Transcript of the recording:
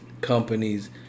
Companies